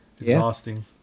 exhausting